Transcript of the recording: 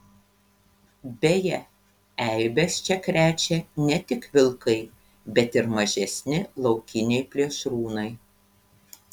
beje eibes čia krečia ne tik vilkai bet ir mažesni laukiniai plėšrūnai